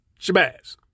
Shabazz